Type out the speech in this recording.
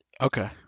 Okay